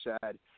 sad